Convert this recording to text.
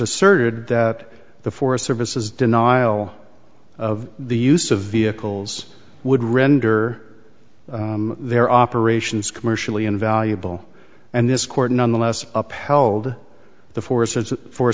asserted that the forest service is denial of the use of vehicles would render their operations commercially invaluable and this court nonetheless upheld the forces for